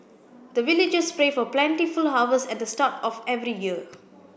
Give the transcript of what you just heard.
the villagers pray for plentiful harvest at the start of every year